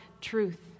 truth